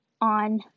on